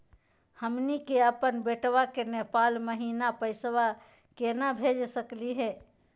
हमनी के अपन बेटवा क नेपाल महिना पैसवा केना भेज सकली हे?